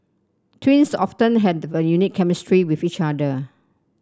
twins often have the unique chemistry with each other